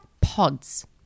pods